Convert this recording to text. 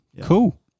cool